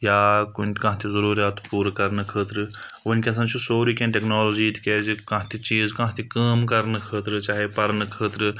یا کُنہِ کانٛہہ تہِ ضٔروٗریات پوٗرٕ کَرنہٕ خٲطرٕ وٕنکؠسَن چھُ سورُے کینٛہہ ٹیکنالوجی تِکیٛازِ کانٛہہ تہِ چیٖز کانٛہہ تہِ کٲم کَرنہٕ خٲطرٕ چاہے پَرنہٕ خٲطرٕ